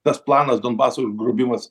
tas planas donbaso užgrobimas